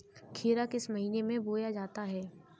खीरा किस महीने में बोया जाता है?